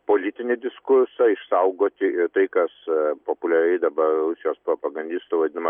politinį diskursą išsaugoti ir tai kas populiariai dabar rusijos propagandistų vadinama